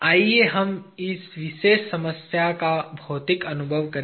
आइए हम इस विशेष समस्या का भौतिक अनुभव प्राप्त करें